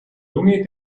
lunge